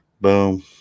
Boom